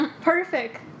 Perfect